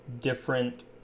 different